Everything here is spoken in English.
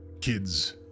kids